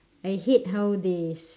I hate how they